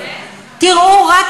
תכף.